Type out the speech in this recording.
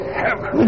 heaven